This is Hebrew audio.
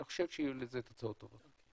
אני חושב שיהיו לזה תוצאות טובות.